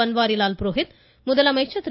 பன்வாரிலால் புரோஹித் முதலமைச்சர் திரு